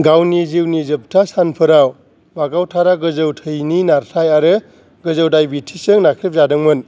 गावनि जीउनि जोबथा सानफोराव बागावथारा गोजौ थैनि नारथाय आरो गोजौ दायेबिटिसजों नाख्रेबजादोंमोन